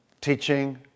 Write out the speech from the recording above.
teaching